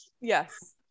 Yes